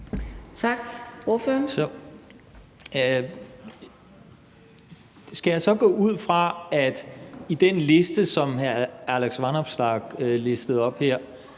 Tak.